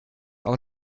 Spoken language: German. auch